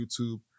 YouTube